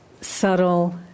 subtle